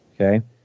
okay